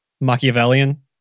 Machiavellian